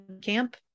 camp